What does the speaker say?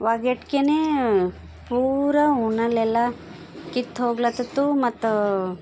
ಒಗೆಷ್ಟ್ಕೆನೇ ಪೂರ ಉಣಲ್ ಎಲ್ಲ ಕಿತ್ಹೋಗ್ಲತ್ತಿತ್ತು ಮತ್ತು